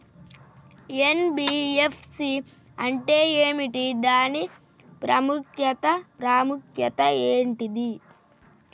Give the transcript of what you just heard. NBFC అంటే ఏమిటి దాని ప్రాముఖ్యత ఏంటిది?